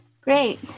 great